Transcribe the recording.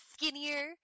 skinnier